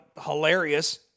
hilarious